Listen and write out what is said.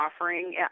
offering